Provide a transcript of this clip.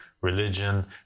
religion